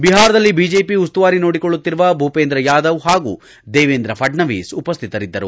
ಬಿಹಾರದಲ್ಲಿ ಬಿಜೆಪಿ ಉಸ್ತುವಾರಿ ನೋಡಿಕೊಳ್ಳುತ್ತಿರುವ ಭೂಪೇಂದ್ರ ಯಾದವ್ ಹಾಗೂ ದೇವೇಂದ್ರ ಫಡ್ನವೀಸ್ ಉಪಸ್ಥಿತರಿದ್ದರು